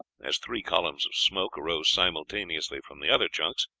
as three columns of smoke arose simultaneously from the other junks,